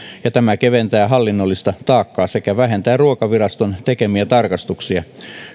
ja tämä keventää hallinnollista taakkaa sekä vähentää ruokaviraston tekemiä tarkastuksia